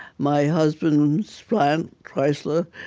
my husband's plant, chrysler,